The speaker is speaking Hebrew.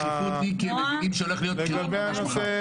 דחיפות כי הם מבינים שהולכות להיות בחירות ממש מחר.